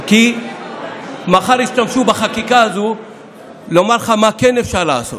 כי מחר ישתמשו בחקיקה הזו כדי לומר לך מה כן אפשר לעשות.